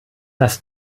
was